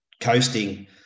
coasting